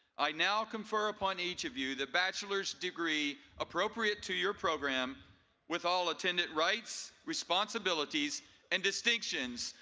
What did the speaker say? i now confer upon each of you the bachelor's degree appropriate to your program with all attendant rights, responsibilities and distinctions.